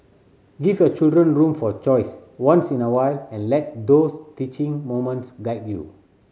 give your children room for choice once in a while and let those teaching moments guide you